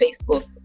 Facebook